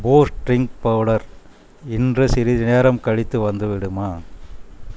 boost drink powder இன்று சிறிது நேரம் கழித்து வந்துவிடுமா